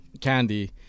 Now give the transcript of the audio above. candy